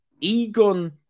Egon